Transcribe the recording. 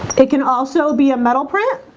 it can also be a metal print